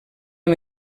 amb